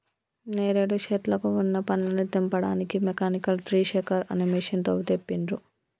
నేరేడు శెట్లకు వున్న పండ్లని తెంపడానికి మెకానికల్ ట్రీ షేకర్ అనే మెషిన్ తో తెంపిండ్రు